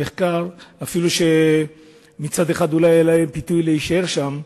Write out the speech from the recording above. אפילו שאולי היה להם פיתוי להישאר שם.